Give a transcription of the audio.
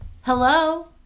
hello